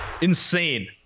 Insane